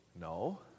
No